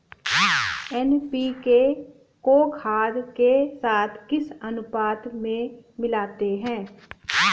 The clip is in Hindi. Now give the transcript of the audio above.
एन.पी.के को खाद के साथ किस अनुपात में मिलाते हैं?